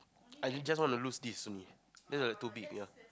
I just wanna lose this only just a little bit only